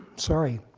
sorry.